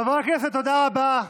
חברי הכנסת, תודה רבה.